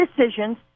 decisions